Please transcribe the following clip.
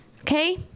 Okay